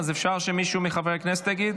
אז אפשר שמישהו מחברי הכנסת יגיד?